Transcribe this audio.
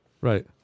Right